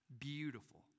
Beautiful